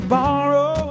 borrow